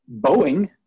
Boeing